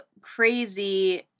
crazy